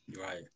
Right